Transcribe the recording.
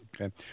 Okay